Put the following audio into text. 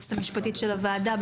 היועצת המשפטית של הוועדה,